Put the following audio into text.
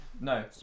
No